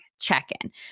check-in